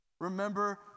remember